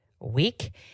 week